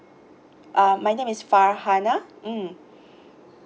uh my name is farhana mm